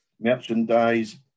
merchandise